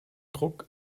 druck